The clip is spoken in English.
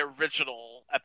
original